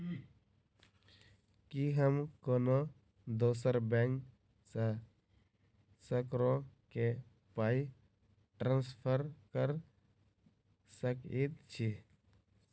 की हम कोनो दोसर बैंक सँ ककरो केँ पाई ट्रांसफर कर सकइत छि?